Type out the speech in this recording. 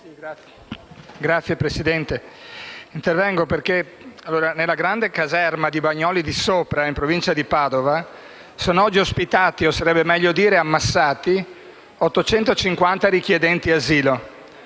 Signora Presidente, nella grande caserma di Bagnoli di Sopra, in provincia da Padova, sono oggi ospitati - o sarebbe meglio dire ammassati - 850 richiedenti asilo.